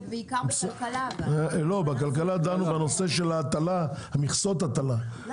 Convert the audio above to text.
בכלכלה דנו בנושא של מכסות ההטלה,